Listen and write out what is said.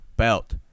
belt